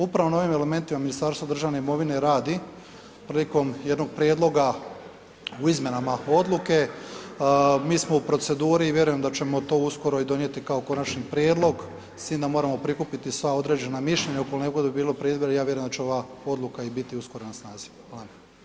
Upravo na ovim elementima Ministarstvo državne imovine radi prilikom jednog prijedloga u izmjenama odluke, mi smo u proceduri, vjerujem da ćemo to uskoro i donijeti kao konačan prijedlog s tim da moramo prikupiti sva određena mišljenja ukoliko ne bude prije izbora, ja vjerujem da će ova odluka i biti uskoro na snazi, hvala.